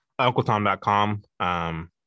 UncleTom.com